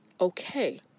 okay